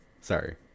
Sorry